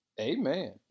amen